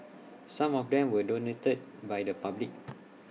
some of them were donated by the public